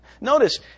Notice